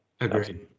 Agreed